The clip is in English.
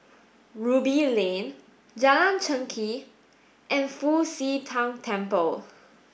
Ruby Lane Jalan Chengkek and Fu Xi Tang Temple